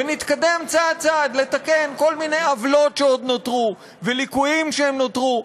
ונתקדם צעד-צעד לתקן כל מיני עוולות שעוד נותרו וליקויים שנותרו.